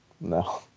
No